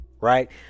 Right